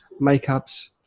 makeups